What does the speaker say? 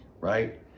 right